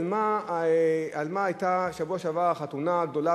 על מה היתה בשבוע שעבר החתונה הגדולה